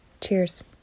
cheers